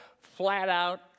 flat-out